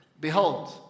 Behold